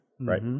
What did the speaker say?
Right